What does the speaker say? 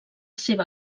seva